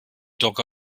dogge